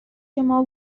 شما